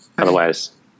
Otherwise